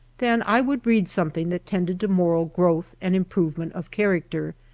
then i would read something that tended to moral growth and improvement of character,